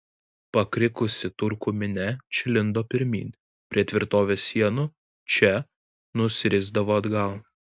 pakrikusi turkų minia čia lindo pirmyn prie tvirtovės sienų čia nusirisdavo atgal